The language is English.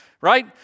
right